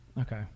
Okay